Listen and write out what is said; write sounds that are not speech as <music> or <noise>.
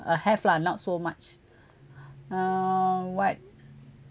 uh have lah not so much <breath> uh what